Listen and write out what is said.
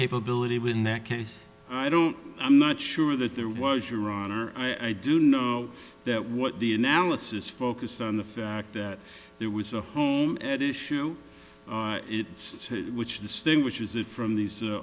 capability within that case i don't i'm not sure that there was your honor i do know that what the analysis focused on the fact that there was a home at issue it says which distinguishes it from these